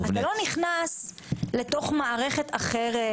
אתה לא נכנס לתוך מערכת אחרת,